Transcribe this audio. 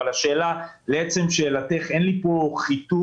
לעצם שאלתך, אין לי פה חיתוך.